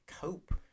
cope